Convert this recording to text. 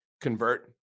convert